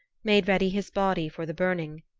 made ready his body for the burning.